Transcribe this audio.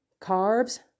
carbs